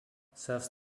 serves